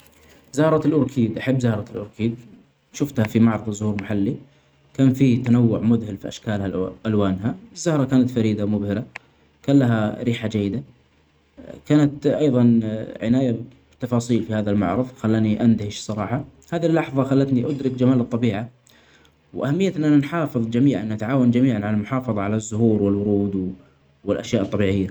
زهرة الأوركيد أحب زهرة الأوركيد شفتها في معرظ زهور محلي ،كان في تنوع مذهل في أشكالها ألوانها. الزهرة كانت فريدة مبهرة ، كان لها ريحة جيدة ،كانت أيضا عناية بالتفاصيل في هذا المعرظ ،خلاني أندهش الصراحه هذه اللحظة خلتني أدرك جمال الطبيعة ،أهمية أننا نحافظ جميعا نتعاون جميعا علي المحافظة علي الزهور والورود والأشياء الطبيعية